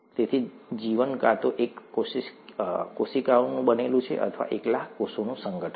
તેથી જીવન કાં તો એક કોશિકાઓનું બનેલું છે અથવા એકલ કોષોનું સંગઠન